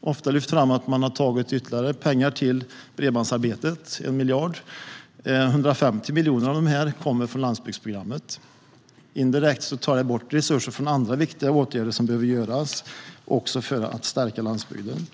ofta lyft fram att man lagt ytterligare pengar på bredbandsarbetet: 1 miljard. Av dessa kommer 150 miljoner från landsbygdsprogrammet. Indirekt tar man bort resurser från andra viktiga åtgärder som också behöver vidtas för att stärka landsbygden.